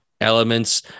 elements